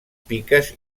piques